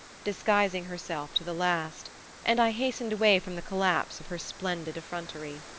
disguising herself to the last and i hastened away from the collapse of her splendid effrontery.